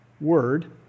word